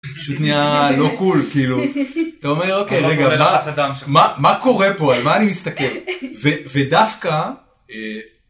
לא קול כאילו מה קורה פה מה אני מסתכל ודווקא.